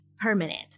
permanent